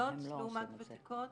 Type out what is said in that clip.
עולות לעומת ותיקות